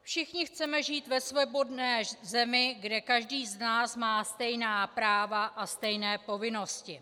Všichni chceme žít ve svobodné zemi, kde každý z nás má stejná práva a stejné povinnosti.